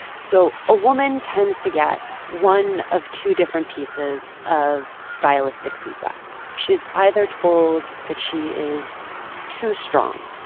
so a woman tends to get one of two different pieces of stylistic feedback. she's either told that she is too strong,